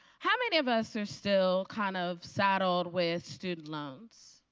how many of us are still kind of saddled with student loans?